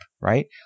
right